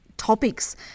Topics